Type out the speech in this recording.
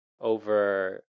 over